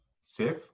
safe